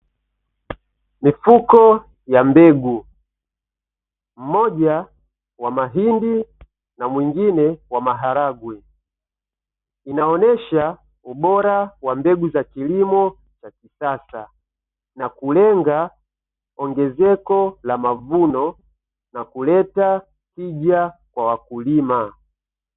Mifuko ya mbegu mmoja wa mahindi na mwingine wa maharage, inaonyesha ubora wa mbegu za kilimo cha kisasa na kulenga ongezeko la mavuno na kuleta tija kwa wakulima.